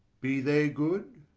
be they good?